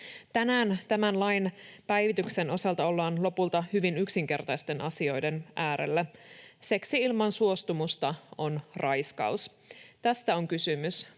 Tänään tämän lain päivityksen osalta ollaan lopulta hyvin yksinkertaisten asioiden äärellä. Seksi ilman suostumusta on raiskaus — tästä on kysymys.